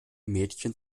mädchen